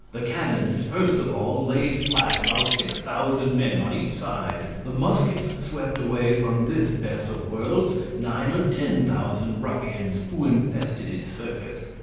the cannons first of all laid flat about six thousand men on each side the muskets swept away from this best of worlds nine or ten thousand ruffians who infested its surface.